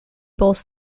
both